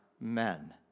men